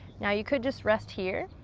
now you could just rest here.